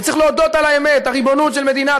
וצריך להודות על האמת: הריבונות של מדינת